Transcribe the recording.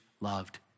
loved